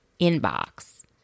inbox